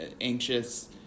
anxious